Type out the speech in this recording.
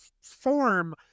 Form